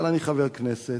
אבל אני חבר כנסת,